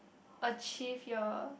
achieve your